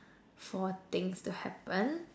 for things to happen